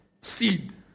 seed